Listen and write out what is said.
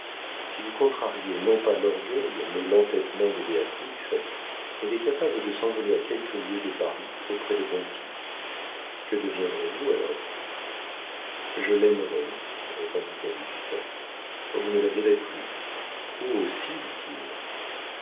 si vous contrariez non pas l'orgueil mais l'entêtement de béatrix elle est capable de s'envoler à quelques lieues de paris auprès de conti que deviendrez-vous alors je l'aimerai répondit calyste vous ne la verrez plus oh si dit-il